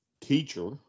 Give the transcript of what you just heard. teacher